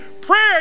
Prayer